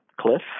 cliff